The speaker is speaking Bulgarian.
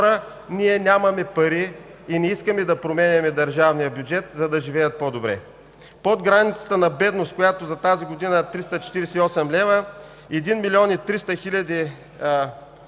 ние нямаме пари и не искаме да променяме държавния бюджет, за да живеят по-добре. Под границата на бедност, която за тази година е 348 лв., един милион и триста хиляди